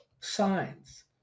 signs